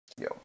Yo